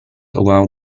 allowed